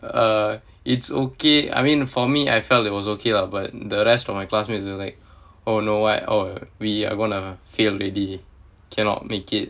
uh it's okay I mean for me I felt it was okay lah but the rest of my classmates were like oh no what oh we are gonna fail already cannot make it